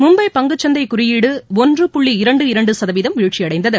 மும்பை பங்குச்சந்தை குறியீடு ஒன்று புள்ளி இரண்டு இரண்டு சதவீதம் வீழ்ச்சியடைந்தது